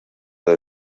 del